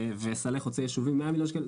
וסלי חוצי-יישובים 100 מיליון שקלים.